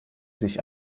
sich